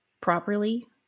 properly